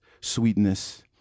sweetness